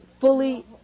fully